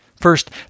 First